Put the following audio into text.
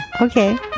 okay